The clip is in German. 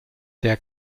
der